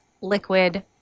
liquid